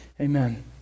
Amen